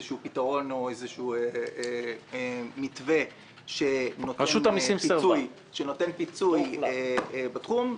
פתרון או איזה מתווה שנותן פיצוי בתחום.